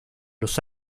los